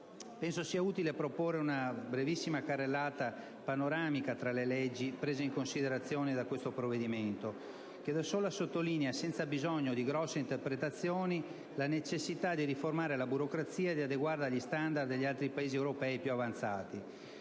Penso sia utile proporre una brevissima carrellata panoramica tra le leggi prese in considerazione da questo provvedimento, che da solo sottolinea, senza bisogno di grosse interpretazioni, la necessità di riformare la burocrazia e di adeguarla agli standard degli altri Paesi europei più avanzati.